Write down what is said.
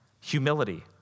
Humility